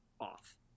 off